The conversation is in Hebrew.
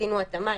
עשינו התאמה,